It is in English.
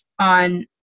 on